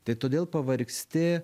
tai todėl pavargsti